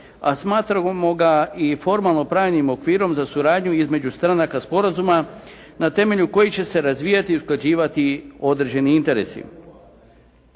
a smatramo ga i formalno pravnim okvirom za suradnju između stranaka sporazuma na temelju kojih će se razvijati i usklađivati određeni interesi.